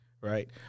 right